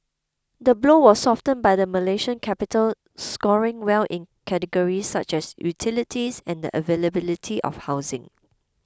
the blow was softened by the Malaysian capital scoring well in categories such as utilities and the availability of housing